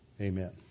Amen